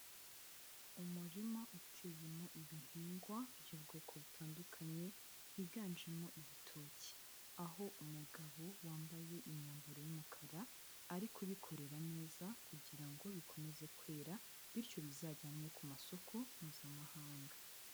Umurima uteyemo ibihingwa by'ubwoko butandukanye, higanjemo ibitoki, aho umugabo wambaye imyambaro y'umukara ari kubikorera neza, kugira ngo bikomeze kwera, bityo bizajyanwe ku masoko Mpuzamahanga.